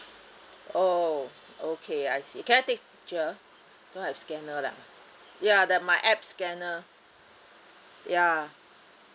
oh okay I see can I take picture don't have scanner lah ya the my apps scanner ya